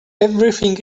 everything